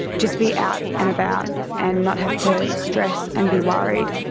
just be out and about and not have to stress and be worried,